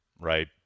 right